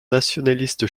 nationaliste